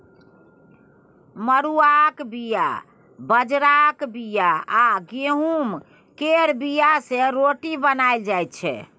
मरुआक बीया, बजराक बीया आ गहुँम केर बीया सँ रोटी बनाएल जाइ छै